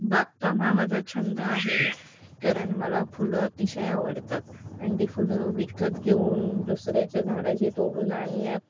बागकाम हा माझा छंद आहे कारण मला फुलं अतिशय आवडतात आणि ती फुलं विकत घेऊन दुसऱ्याच्या झाडाचे तोडून आणण्यात